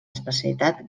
especialitat